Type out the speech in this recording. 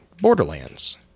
Borderlands